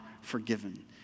forgiven